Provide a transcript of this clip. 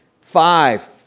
Five